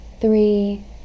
three